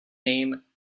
name